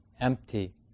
empty